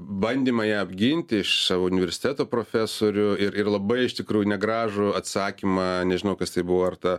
bandymą ją apginti iš savo universiteto profesorių ir ir labai iš tikrųjų negražų atsakymą nežinau kas tai buvo ar ta